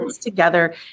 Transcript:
together